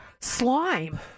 slime